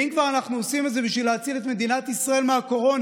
ואם כבר אנחנו עושים את זה בשביל להציל את מדינת ישראל מהקורונה,